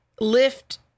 lift